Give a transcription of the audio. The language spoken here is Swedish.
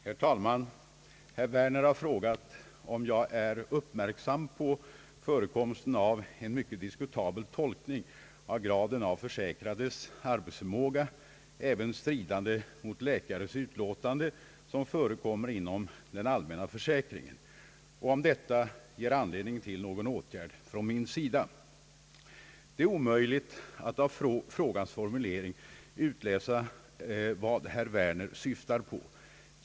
Herr talman! Herr Werner har frågat, om jag är »uppmärksam på förekomsten av en mycket diskutabel tolkning av graden av försäkrads arbetsförmåga, även stridande mot läkares utlåtande, som förekommer inom den allmänna försäkringen», och om detta ger anledning till någon åtgärd från min sida. Det är omöjligt att av frågans formulering utläsa vad herr Werner syftar på.